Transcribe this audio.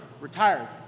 retired